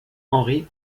henry